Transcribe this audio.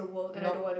nope